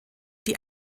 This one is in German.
die